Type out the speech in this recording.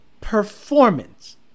performance